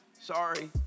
Sorry